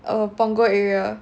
uh punggol area